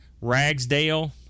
Ragsdale